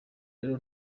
rero